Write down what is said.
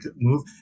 move